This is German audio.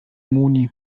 moni